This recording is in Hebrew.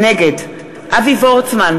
נגד אבי וורצמן,